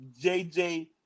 JJ